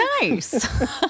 Nice